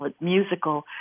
musical